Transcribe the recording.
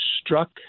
struck